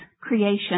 creation